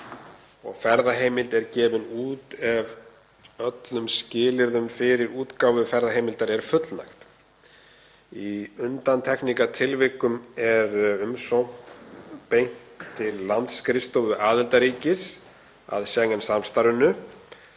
og ferðaheimild er gefin út ef öllum skilyrðum fyrir útgáfu ferðaheimildar er fullnægt. Í undantekningartilvikum er umsókn beint til landsskrifstofu aðildarríkis að Schengen-samstarfinu